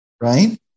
right